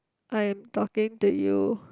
I'm talking to you